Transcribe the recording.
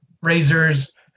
razors